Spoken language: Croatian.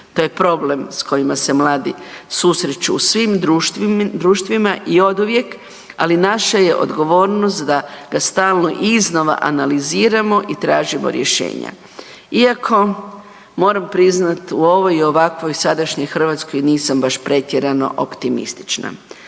To je problem s kojima se mladi susreću u svim društvima i oduvijek, ali naša j e odgovornost da ga stalno iznova analiziramo i tražimo rješenja. Iako moram priznati u ovoj i ovakvoj sadašnjoj Hrvatskoj nisam baš pretjerano optimistična.